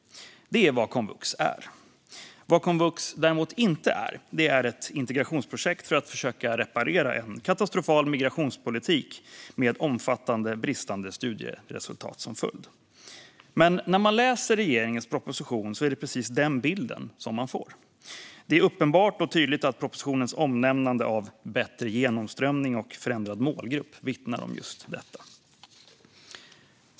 Detta är vad komvux är. Komvux är däremot inte ett integrationsprojekt för att försöka reparera en katastrofal migrationspolitik med omfattande bristande studieresultat som följd. Men när man läser regeringens proposition är det precis den bilden man får. Det är uppenbart att propositionens omnämnande av bättre genomströmning och förändrad målgrupp vittnar om just detta.